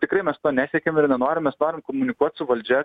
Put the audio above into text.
tikrai mes to nesiekėm ir nenorim mes norim komunikuot su valdžia kai